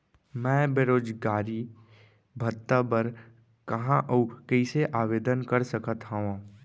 मैं बेरोजगारी भत्ता बर कहाँ अऊ कइसे आवेदन कर सकत हओं?